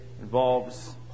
involves